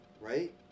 Right